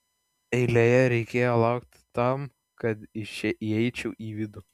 eilėje reikėjo laukti tam kad įeičiau į vidų